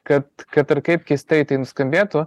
kad kad ir kaip keistai tai nuskambėtų